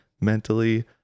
mentally